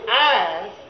eyes